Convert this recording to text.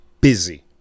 busy